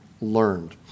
learned